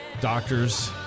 Doctors